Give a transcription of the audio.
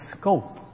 scope